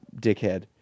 dickhead